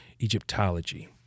Egyptology